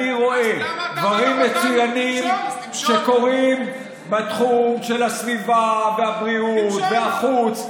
אני רואה דברים מצוינים שקורים בתחום של הסביבה והבריאות והחוץ.